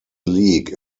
league